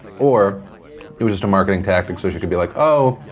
or it was just a marketing tactic so she could be like oh,